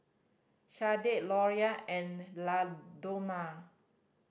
Shardae Laura and Ladonna